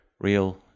real